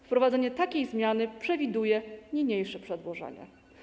Wprowadzenie takiej zmiany przewiduje niniejsze przedłożenie.